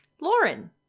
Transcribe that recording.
Lauren